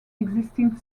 existing